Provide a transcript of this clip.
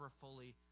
fully